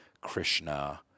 Krishna